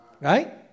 right